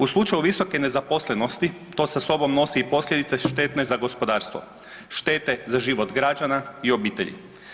U slučaju visoke nezaposlenosti to sa sobom nosi i posljedice štetne za gospodarstvo, štete za život građana i obitelji.